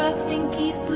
ah think he's